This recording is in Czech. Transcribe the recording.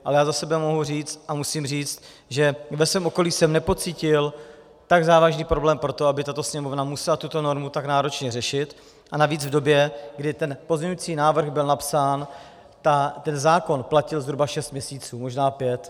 Ale za sebe mohu říct a musím říct, že ve svém okolí jsem nepocítil tak závažný problém pro to, aby tato Sněmovna musela tuto normu tak náročně řešit, a navíc v době, kdy ten pozměňovací návrh byl napsán, ten zákon platil zhruba šest měsíců, možná pět.